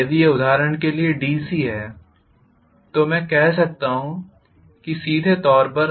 यदि यह उदाहरण के लिए डीसी है तो मैं कह सकता हूं सीधे तौर पर iVR